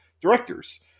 directors